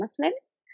Muslims